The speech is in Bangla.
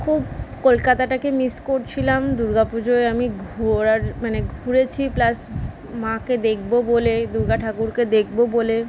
খুব কলকাতাটাকে মিস করছিলাম দুর্গা পুজোয় আমি ঘোরার মানে ঘুরেছি প্লাস মাকে দেকবো বলে দুর্গা ঠাকুরকে দেখবো বলে